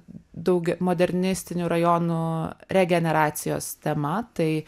daug modernistinių rajonų regeneracijos tema tai